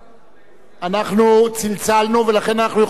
אנחנו צלצלנו ולכן אנחנו יכולים לעבור להצבעה.